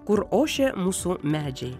kur ošė mūsų medžiai